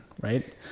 right